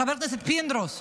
חבר הכנסת פינדרוס.